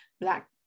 Black